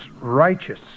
Righteous